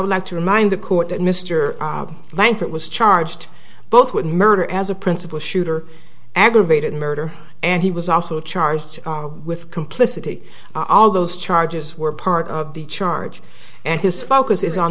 would like to remind the court that mr langford was charged both with murder as a principle shooter aggravated murder and he was also charged with complicity all those charges were part of the charge and his focus is on